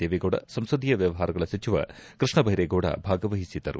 ದೇವೇಗೌಡ ಸಂಸದೀಯ ವ್ಯವಹಾರಗಳ ಸಚಿವ ಕೃಷ್ಣೆಬೈರೇಗೌಡ ಭಾಗವಹಿಸಿದ್ದರು